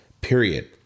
Period